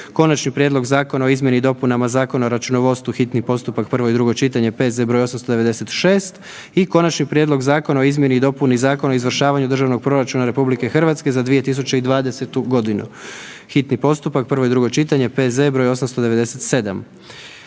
Konačni prijedlog zakona o izmjeni i dopunama Zakona o računovodstvu, hitni postupak, prvo i drugo čitanje, P.Z. br. 896. i Konačni prijedlog zakona o izmjeni i dopuni Zakona o izvršavanju državnog proračuna RH za 2020.g., hitni postupak, prvo i drugo čitanje, P.Z. br. 897.